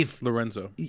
Lorenzo